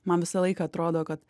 man visą laiką atrodo kad